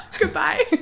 goodbye